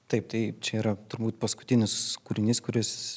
taip tai čia yra turbūt paskutinis kūrinys kuris